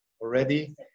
already